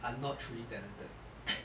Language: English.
are not truly talented